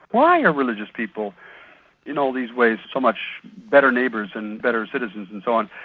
why are religious people in all these ways so much better neighbours and better citizens and so on,